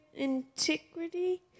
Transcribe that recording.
antiquity